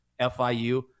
FIU